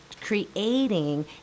creating